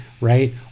right